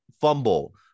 fumble